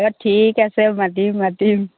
অ' ঠিক আছে মাতিম মাতিম